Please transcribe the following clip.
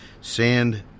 Sand